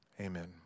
Amen